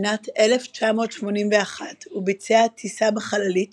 בשנת 1981 הוא ביצע טיסה בחללית